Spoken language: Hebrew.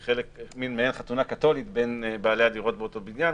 שהוא מעין חתונה קתולית בין בעלי הדירות באותו בניין,